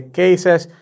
cases